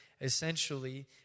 essentially